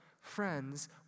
Friends